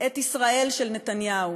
את ישראל של נתניהו,